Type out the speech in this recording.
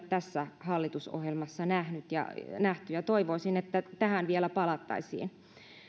tässä hallitusohjelmassa nähty ja toivoisin että tähän vielä palattaisiin